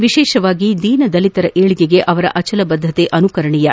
ವಿಶೇಷವಾಗಿ ದೀನದಲಿತರ ವಿಳಿಗೆಗೆ ಅವರ ಅಚಲ ಬದ್ದತೆ ಅನುಕರಣೀಯ